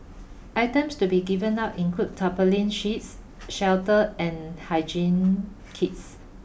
items to be given out include tarpaulin sheets shelter and hygiene kits